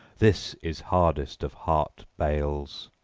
this is hardest of heart-bales.